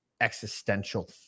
existential